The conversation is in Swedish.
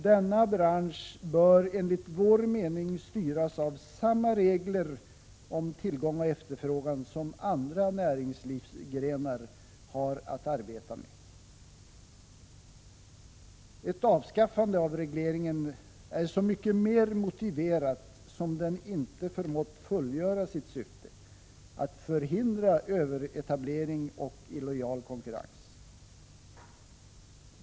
Denna bransch bör enligt vår mening styras av samma regler om tillgång och efterfrågan som andra näringslivsgrenar har att arbeta med. Ett avskaffande av regleringen är så mycket mer motiverat som den inte förmått fullgöra sitt syfte — att förhindra överetablering och illojal konkurrens.